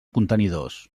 contenidors